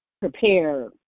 prepare